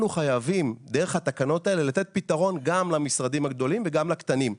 חייבים דרך התקנות האלה לתת פתרון גם למשרדים הגדולים וגם לקטנים.